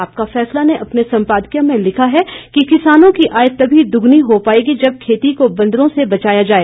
आपका फैसला ने अपने संपादकीय में लिखा है कि किसानों की आय तभी दोगुना हो पाएगी जब खेती को बंदरों से बचाया जाए